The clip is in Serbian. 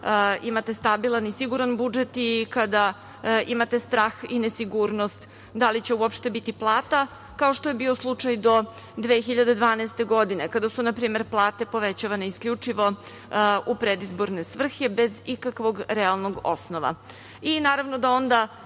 imate stabilan i siguran budžet i kada imate strah i nesigurnost da li će uopšte biti plata, kao što je bio slučaj do 2012. godine, kada su, na primer, plate povećavane isključivo u predizborne svrhe, bez ikakvog realnog osnova.